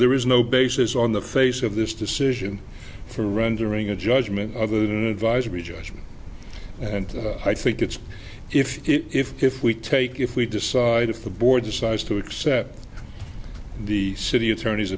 there is no basis on the face of this decision for rendering a judgment other than an advisory judgment and i think it's if if if we take if we decide if the board decides to accept the city attorney's